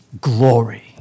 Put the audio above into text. glory